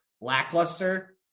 lackluster